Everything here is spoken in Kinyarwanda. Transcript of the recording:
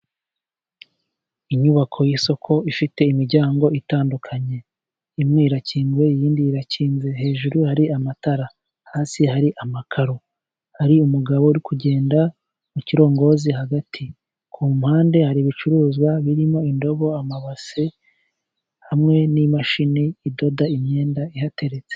Inyubako y'isoko ifite imiryango itandukanye. Imwe irakinguye, iyindi irakinze, hejuru hari amatara. Hasi hari amakaro. Hari umugabo uri kugenda mu kirongozi hagati. Ku mpande hari ibicuruzwa birimo indobo, amabase, hamwe n'imashini idoda imyenda ihateretse.